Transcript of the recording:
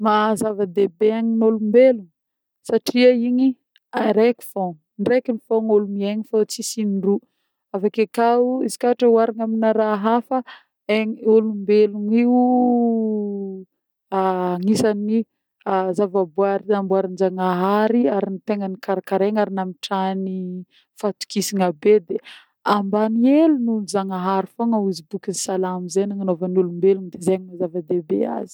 Maha-zava-dehibe aignin'ôlombelogno satria igny areky fogna, indreky fogna olombelo miegny fô tsisy in-droa, avy akeo koà izy koà ôhatra oharigna amin'ny raha hafa egna a-olombelogno io agnisany zava-boary namboarin-jagnahary ary tegna nikarikaregna ary namitrahany fahatokisany be, de ambany helin'ny noho ny zagnahary fogna ozy bokin'ny salamo zegny nagnanovany olombelogno de zegny maha-zava-dehibe azy.